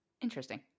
Interesting